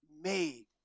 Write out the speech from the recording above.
made